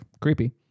Creepy